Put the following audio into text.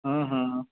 ਹੂੰ ਹੂੰ